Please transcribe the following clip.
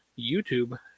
YouTube